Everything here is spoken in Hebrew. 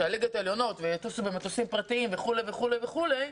כולל טיסה במטוסים פרטיים וכו' וכו',